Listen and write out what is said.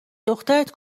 دخترت